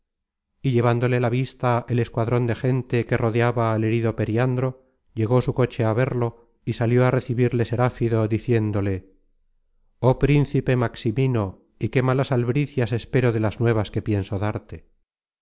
y llevándole la vista el escuadron de gente que rodeaba al herido periandro llegó su coche á verlo y salió á recibirle serafido diciéndole oh príncipe maximino y qué malas albricias espero de las nuevas que pienso darte